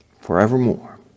forevermore